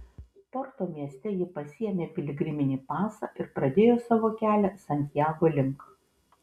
porto mieste ji pasiėmė piligriminį pasą ir pradėjo savo kelią santiago link